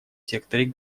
секторе